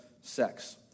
sex